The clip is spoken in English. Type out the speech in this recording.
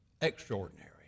extraordinary